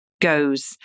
goes